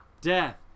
death